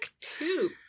two